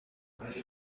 muri